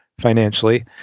financially